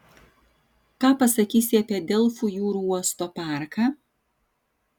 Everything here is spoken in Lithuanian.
ką pasakysi apie delfų jūrų uosto parką